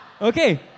Okay